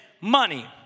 money